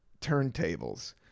turntables